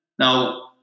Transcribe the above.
Now